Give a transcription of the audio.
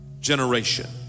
generation